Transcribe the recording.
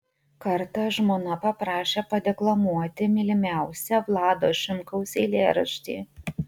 kartą žmona paprašė padeklamuoti mylimiausią vlado šimkaus eilėraštį